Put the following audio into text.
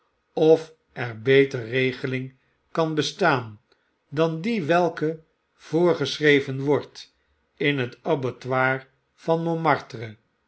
of er beter regeling kari bestaan dan die welke voorgeschreven wordt in het abattoir van